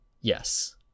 Yes